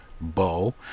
Bow